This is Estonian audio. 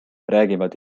räägivad